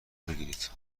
بگیرید